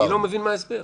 אני לא מבין מה ההסבר.